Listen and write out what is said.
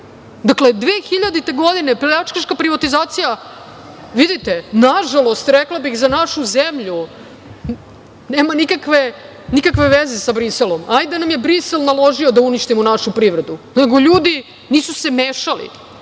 primer. Dakle, 2000. godine pljačkaška privatizacija vidite, nažalost rekla bih, za našu zemlju nema nikakve veze sa Briselom. Hajde da nam je Brisel naložio da uništimo našu privredu, nego ljudi se nisu mešali,